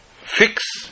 fix